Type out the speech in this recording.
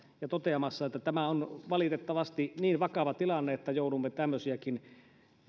totean että tämä on valitettavasti niin vakava tilanne että joudumme tämmöisiäkin